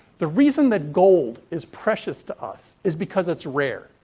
the reason that gold is precious to us is because it's rare.